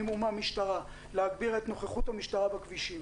ומהמשטרה להגביר את נוכחות המשטרה בכבישים.